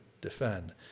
defend